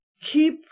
keep